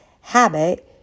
habit